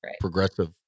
progressive